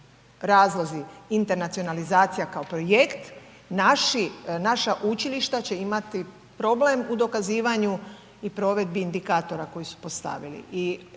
razlozi internacionalizacije kao projekt, naša učilišta će imati problem u dokazivanju i provedbi indikatora koji su postavili